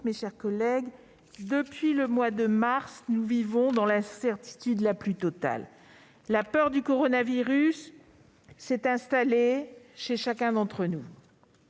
mes chers collègues, depuis le mois de mars, nous vivons dans l'incertitude la plus totale. La peur du coronavirus s'est installée chez chacun d'entre nous.